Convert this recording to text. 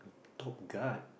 top guard